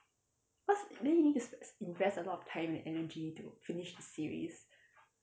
cause then you need to s~ s~ invest a lot of time and energy to finish the series